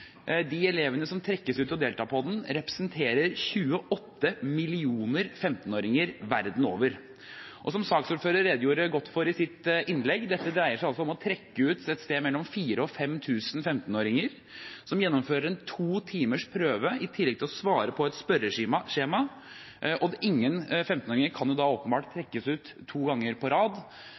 De elevene som trekkes ut til å delta i den, representerer 28 millioner 15-åringer verden over. Og som saksordføreren redegjorde godt for i sitt innlegg: Dette dreier seg om å trekke ut mellom 4 000 og 5 000 15-åringer, som gjennomfører en to timers prøve, i tillegg til å svare på et spørreskjema. Ingen 15-åringer kan åpenbart trekkes ut to ganger på rad.